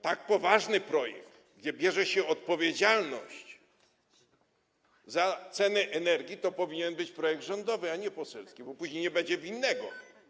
Tak poważny projekt, gdzie bierze się odpowiedzialność za ceny energii, powinien być projektem rządowym, a nie poselskim, bo później nie będzie winnego.